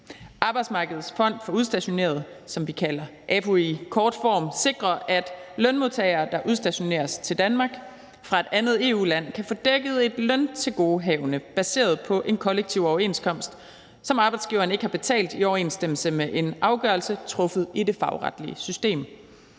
Arbejdsmarkedets Fond for Udstationerede, som vi kalder AFU i kort form, sikrer, at lønmodtagere, der udstationeres til Danmark fra et andet EU-land, kan få dækket et løntilgodehavende baseret på en kollektiv overenskomst, som arbejdsgiveren ikke har betalt, i overensstemmelse med en afgørelse truffet i det fagretlige system.